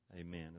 Amen